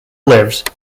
lived